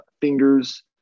fingers